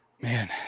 Man